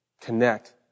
connect